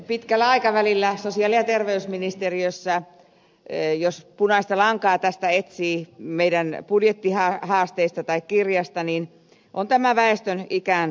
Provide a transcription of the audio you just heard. pitkällä aikavälillä sosiaali ja terveysministeriössä jos punaista lankaa etsii meidän budjettihaasteista tai kirjastamme niin se on tämä väestön ikääntyminen